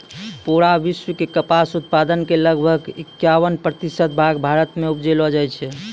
पूरा विश्व के कपास उत्पादन के लगभग इक्यावन प्रतिशत भाग भारत मॅ उपजैलो जाय छै